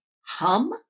hum